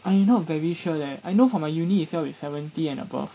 I'm not very sure leh I know for my uni itself it's seventy and above